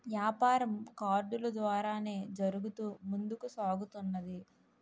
యాపారం కార్డులు ద్వారానే జరుగుతూ ముందుకు సాగుతున్నది